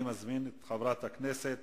אני מזמין את חברת הכנסת